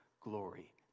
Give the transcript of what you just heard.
Glory